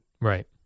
Right